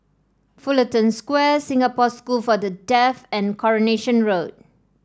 Fullerton Square Singapore School for the Deaf and Coronation Road